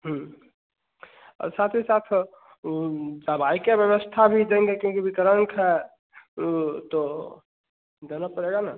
और साथ ही साथ दवाई की व्यवस्था भी देंगे क्योंकि विकलांग है ऊ तो देना पड़ेगा ना